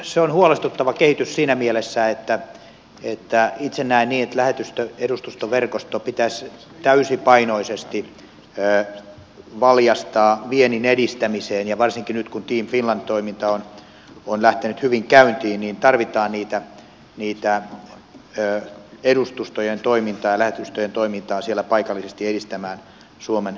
se on huolestuttava kehitys siinä mielessä että itse näen niin että lähetystö ja edustustustoverkosto pitäisi täysipainoisesti valjastaa viennin edistämiseen ja varsinkin nyt kun team finland toiminta on lähtenyt hyvin käyntiin tarvitaan edustustojen toimintaa ja lähetystöjen toimintaa siellä paikallisesti edistämään suomen vientiä